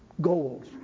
goals